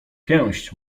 pięść